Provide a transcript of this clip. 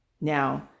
Now